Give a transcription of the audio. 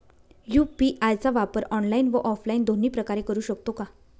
UPI चा वापर online व ऑफलाईन दोन्ही प्रकारे करु शकतो का?